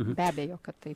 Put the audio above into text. be abejo kad taip